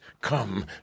come